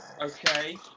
Okay